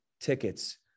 tickets